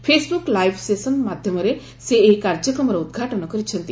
Facebook live session ମାଧ୍ୟମରେ ସେ ଏହି କାର୍ଯ୍ୟକ୍ରମର ଉଦ୍ଘାଟନ କରିଛନ୍ତି